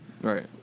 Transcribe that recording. Right